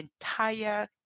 entire